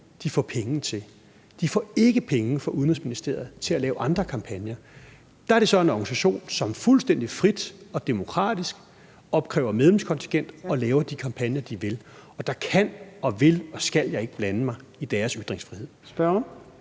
de får penge til. De får ikke penge fra udenrigsministeren til at lave andre kampagner. Der er det så en organisation, som fuldstændig frit og demokratisk opkræver medlemskontingent og laver de kampagner, de vil, og der kan, vil og skal jeg ikke blande mig i deres ytringsfrihed. Kl.